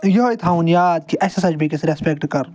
یِہوٚے تھاوُن یاد کہِ اَسہِ ہَسا چھُ بیٚکِس رٮ۪سپٮ۪کٹ کَرُن